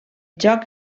joc